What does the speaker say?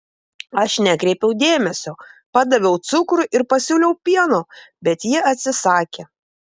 aš nekreipiau dėmesio padaviau cukrų ir pasiūliau pieno bet ji atsisakė